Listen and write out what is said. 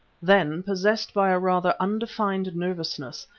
then, possessed by a rather undefined nervousness,